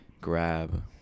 grab